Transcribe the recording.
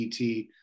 ET